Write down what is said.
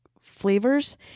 flavors